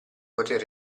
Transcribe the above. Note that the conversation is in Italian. poter